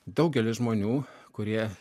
daugelis žmonių kurie